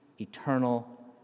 eternal